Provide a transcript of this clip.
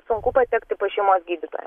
sunku patekti pas šeimos gydytoją